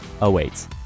awaits